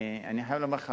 אני חייב לומר לך,